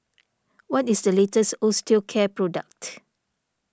what is the latest Osteocare product